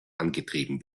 angetrieben